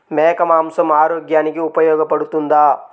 మేక మాంసం ఆరోగ్యానికి ఉపయోగపడుతుందా?